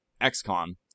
XCOM